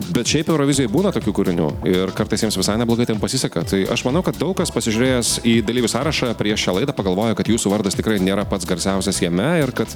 bet šiaip eurovizijoj būna tokių kūrinių ir kartais jiems visai neblogai ten pasiseka tai aš manau kad daug kas pasižiūrėjęs į dalyvių sąrašą prieš šią laidą pagalvojo kad jūsų vardas tikrai nėra pats garsiausias jame ir kad